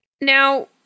Now